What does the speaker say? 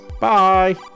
bye